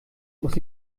muss